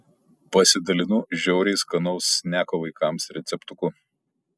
pasidalinu žiauriai skanaus sneko vaikams receptuku